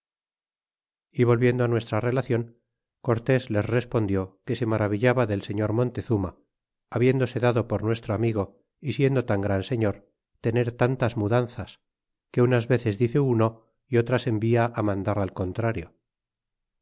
y volviendo á nuestra relacion cortés les respondió que se maravillaba del señor montezuma habiéndose dado por nuestro amigo y siendo tan gran señor tener tantas mudanzas que unas veces dice uno y otras envia á mandar al contrario